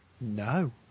No